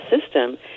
system